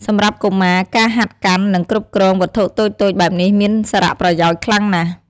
សម្រាប់កុមារ ការហាត់កាន់ និងគ្រប់គ្រងវត្ថុតូចៗបែបនេះមានសារប្រយោជន៍ខ្លាំងណាស់។